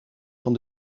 van